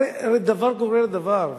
הרי דבר גורר דבר.